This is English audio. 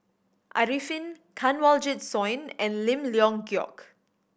Arifin Kanwaljit Soin and Lim Leong Geok